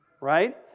right